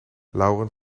lauren